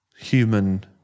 human